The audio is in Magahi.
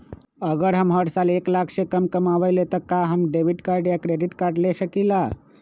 अगर हम हर साल एक लाख से कम कमावईले त का हम डेबिट कार्ड या क्रेडिट कार्ड ले सकीला?